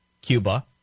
Cuba